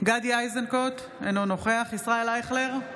גדי איזנקוט, אינו נוכח ישראל אייכלר,